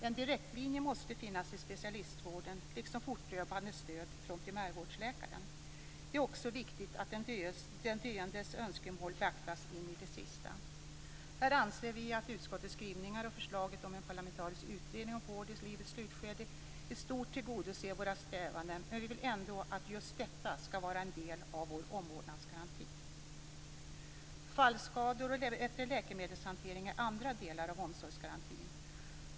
En direktlinje måste finnas till specialistvården liksom fortlöpande stöd från primärvårdsläkaren. Det är också viktigt att den döendes önskemål beaktas in i det sista. Här anser vi att utskottets skrivningar och förslaget om en parlamentarisk utredning om vård i livets slutskede i stort tillgodoser våra strävanden, men vi vill ändå att just detta skall vara en del av vår omvårdnadsgaranti. Fallskador och bättre läkemedelshantering är andra delar av omsorgsgarantin.